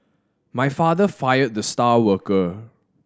my father fired the star worker